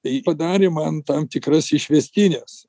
tai padarė man tam tikras išvestines